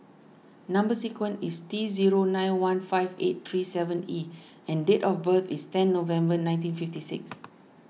Number Sequence is T zero nine one five eight three seven E and date of birth is ten November nineteen fifty six